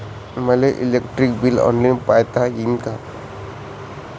मले electric bill online पायता येईन का?